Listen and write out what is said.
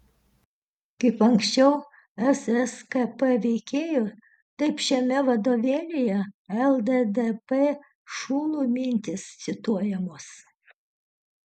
kaip anksčiau sskp veikėjų taip šiame vadovėlyje lddp šulų mintys cituojamos